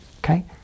Okay